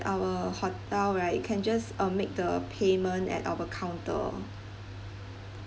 our hotel right you can just uh make the payment at our counter